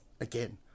again